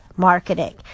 Marketing